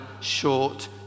short